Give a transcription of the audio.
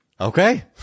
Okay